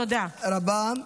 תודה רבה.